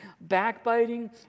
backbiting